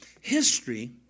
History